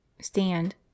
Stand